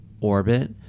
orbit